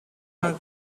are